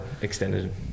extended